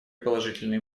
положительные